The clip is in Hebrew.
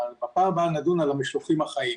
בפעם הבאה נדון על המשלוחים החיים.